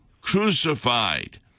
crucified